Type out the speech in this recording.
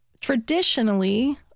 traditionally